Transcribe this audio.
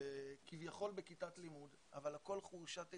כביכול בכיתת לימוד אבל הכול בחורשת עצים,